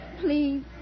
Please